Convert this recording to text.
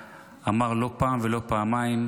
אמר לא פעם ולא פעמיים,